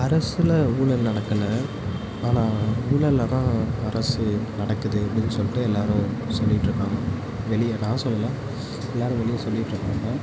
அரசில் ஊழல் நடக்கலை ஆனால் ஊழல்ல தான் அரசு நடக்குது அப்படின்னு சொல்லிட்டு எல்லோரும் சொல்லிகிட்ருக்காங்க வெளியே நான் சொல்லலை எல்லோரும் வெளியே சொல்லிகிட்ருக்காங்க